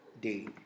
day